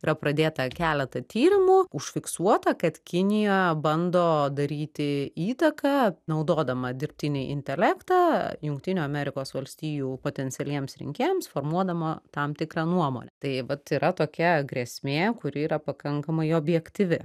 yra pradėta keletą tyrimų užfiksuota kad kinija bando daryti įtaką naudodama dirbtinį intelektą jungtinių amerikos valstijų potencialiems rinkėjams formuodama tam tikrą nuomonę tai vat yra tokia grėsmė kuri yra pakankamai objektyvi